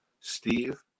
Steve